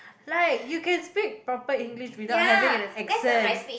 like you can speak proper English without having an accent